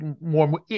more